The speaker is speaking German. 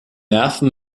nerven